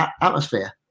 atmosphere